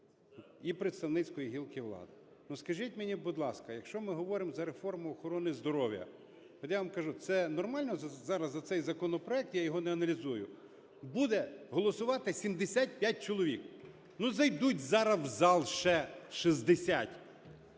і представницької гілки влади. Ну, скажіть мені, будь ласка, якщо ми говоримо за реформу охорони здоров'я, от я вам кажу, це нормально зараз за цей законопроект, я його не аналізую, буде голосувати 75 чоловік? Ну, зайдуть зараз в зал ще 60.